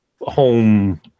home